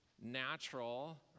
natural